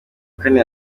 kane